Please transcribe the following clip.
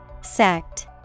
Sect